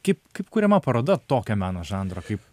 kaip kaip kuriama paroda tokio meno žanro kaip